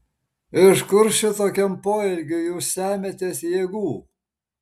iš kur šitokiam poelgiui jūs semiatės jėgų